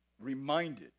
reminded